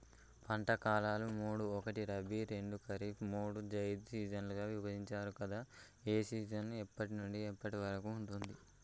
పంటల కాలాలు మూడు ఒకటి రబీ రెండు ఖరీఫ్ మూడు జైద్ సీజన్లుగా విభజించారు కదా ఏ సీజన్ ఎప్పటి నుండి ఎప్పటి వరకు ఉంటుంది?